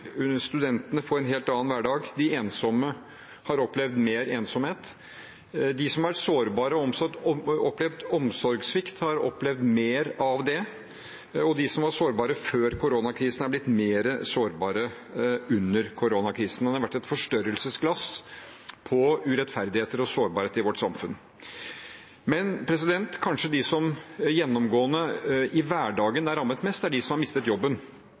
Studentene får en helt annen hverdag. De ensomme har opplevd mer ensomhet. De som er sårbare og har opplevd omsorgssvikt, har opplevd mer av det, og de som var sårbare før koronakrisen, er blitt mer sårbare under koronakrisen. Det har vært et forstørrelsesglass på urettferdigheter og sårbarheter i vårt samfunn. De som kanskje gjennomgående i hverdagen er rammet mest, er de som har mistet jobben.